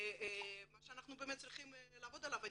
מה שאנחנו צריכים לעבוד עליו זה